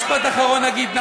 משפט אחרון אגיד.